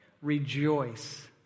rejoice